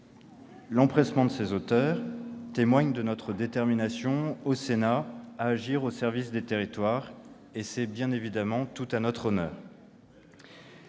L'empressement de ses auteurs témoigne de la détermination du Sénat à agir au service des territoires. C'est évidemment tout à notre honneur